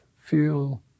Feel